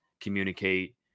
communicate